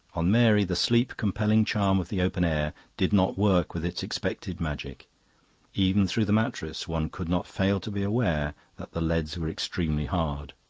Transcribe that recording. on mary the sleep-compelling charm of the open air did not work with its expected magic even through the mattress one could not fail to be aware that the leads were extremely hard.